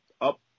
up